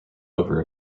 over